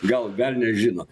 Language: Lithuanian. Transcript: gal velnias žino